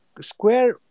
Square